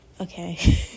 okay